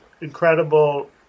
incredible